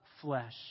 flesh